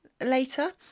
later